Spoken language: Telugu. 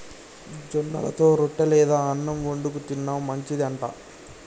జొన్నలతో రొట్టె లేదా అన్నం వండుకు తిన్న మంచిది అంట